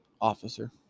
officer